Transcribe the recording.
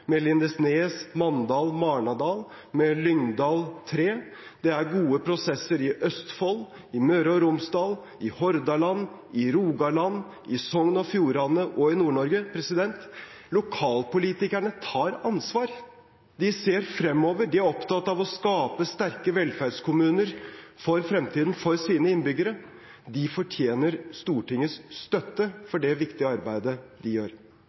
med Lindesnes, Mandal, Marnardal, med Lyngdal 3. Det er gode prosesser i Østfold, i Møre og Romsdal, i Hordaland, i Rogaland, i Sogn og Fjordane og i Nord-Norge. Lokalpolitikerne tar ansvar, de ser fremover, de er opptatt av å skape sterke velferdskommuner for fremtiden for sine innbyggere. De fortjener Stortingets støtte for det viktige arbeidet de gjør.